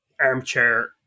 armchair